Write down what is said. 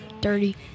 Dirty